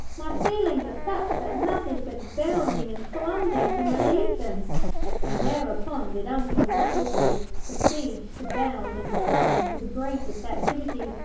my feelings are such that nothing but bounding and plunging can relieve them and thereupon did uncle wattleberry proceed to bound and plunge with the greatest activity,